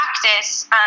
practice